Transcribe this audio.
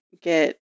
get